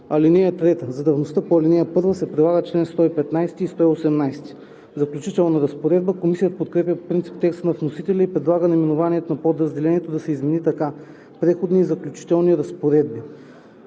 труда. (3) За давността по ал. 1 се прилагат чл. 115 и 118.“ „Заключителна разпоредба“. Комисията подкрепя по принцип текста на вносителя и предлага наименованието на подразделението да се измени така: „Преходни и заключителни разпоредби“.